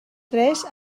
tres